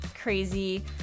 crazy